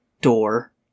door